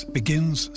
begins